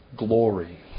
glory